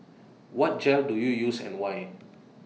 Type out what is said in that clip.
what gel do you use and why